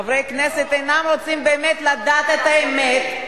חברי הכנסת אינם רוצים באמת לדעת את האמת,